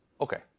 Okay